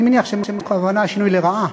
אני מניח שהכוונה היא שינוי לרעה,